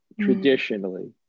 traditionally